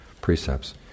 precepts